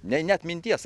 nei net minties